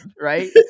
right